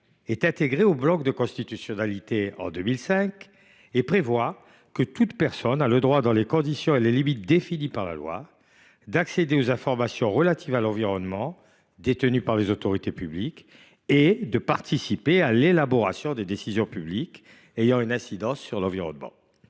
intégrée au bloc de constitutionnalité en 2005, prévoit que « toute personne a le droit, dans les conditions et les limites définies par la loi, d’accéder aux informations relatives à l’environnement détenues par les autorités publiques et de participer à l’élaboration des décisions publiques ayant une incidence sur l’environnement